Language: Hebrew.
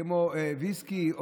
כמו ויסקי,